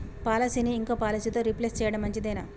పాలసీని ఇంకో పాలసీతో రీప్లేస్ చేయడం మంచిదేనా?